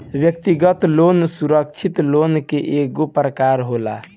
व्यक्तिगत लोन सुरक्षित लोन के एगो प्रकार होला